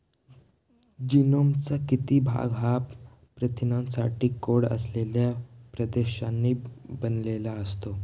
जीनोमचा किती भाग हा प्रथिनांसाठी कोड असलेल्या प्रदेशांनी बनलेला असतो?